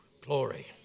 Glory